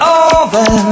over